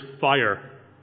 fire